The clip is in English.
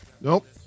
nope